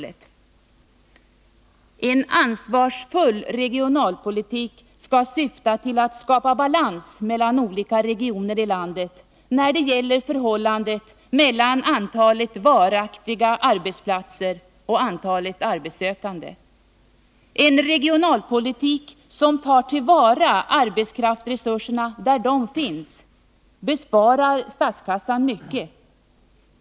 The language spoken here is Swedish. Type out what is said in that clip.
En ansvarsfull regionalpolitik skall syfta till att skapa balans mellan olika regioner i landet när det gäller förhållandet mellan antalet varaktiga arbetsplatser och antalet arbetssökande. En regionalpolitik som tar till vara arbetskraftsresurserna där de finns besparar statskassan mycket.